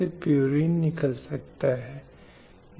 इसलिए इस तरह की प्रथाओं को दूर किया जाना चाहिए